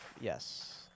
Yes